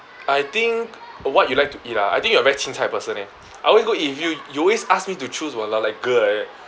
I think what you like to eat ah I think you are very chin cai person eh I always go eat with you you always ask me to choose !walao! like girl like that